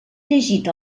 llegit